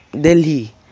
Delhi